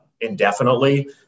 indefinitely